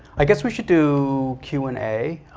i guess we should do q and a.